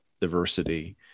diversity